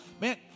man